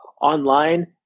online